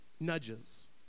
nudges